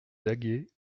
daguet